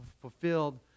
fulfilled